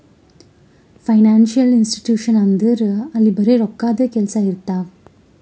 financial institution ಅಂದುರ್ ಅಲ್ಲಿ ಬರೆ ರೋಕ್ಕಾದೆ ಕೆಲ್ಸಾ ಇರ್ತಾವ